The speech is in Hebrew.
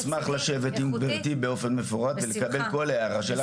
איכותי אני אשמח לשבת עם גברתי באופן מפורט ולקבל כל הערה שלך.